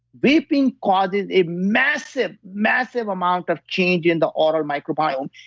vaping causes a massive, massive amount of change in the auto microbiome.